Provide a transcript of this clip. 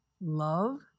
love